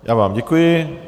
Já vám děkuji.